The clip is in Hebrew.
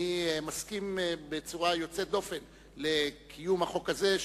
אני מסכים בצורה יוצאת דופן לקיום החוק הזה,